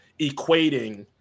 equating